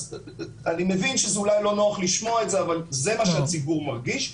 אז אני מבין שזו אולי נוח לשמוע את זה אבל זה מה שהציבור מרגיש.